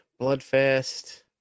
Bloodfest